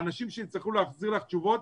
האנשים שיצטרכו להחזיר לך תשובות,